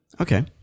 Okay